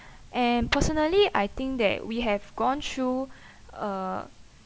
and personally I think that we have gone through uh